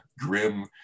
grim